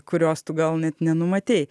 kurios tu gal net nenumatei